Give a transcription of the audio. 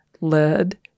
lead